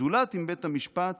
זולת אם בית המשפט